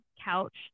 couch